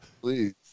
Please